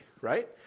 right